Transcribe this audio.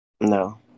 No